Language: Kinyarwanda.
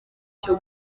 cyo